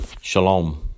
shalom